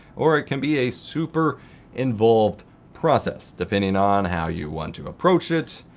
or it can be a super involved process, depending on how you want to approach it.